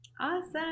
Awesome